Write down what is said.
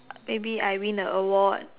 maybe I win a award